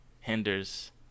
hinders